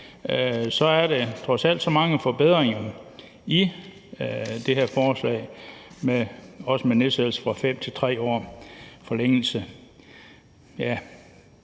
– er der trods alt mange forbedringer i det her forslag, også med nedsættelsen fra 5 til 3 år og